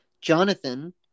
Jonathan